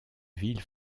ville